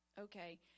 Okay